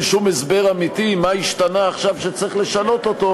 שום הסבר אמיתי מה השתנה עכשיו שצריך לשנות אותו,